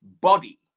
body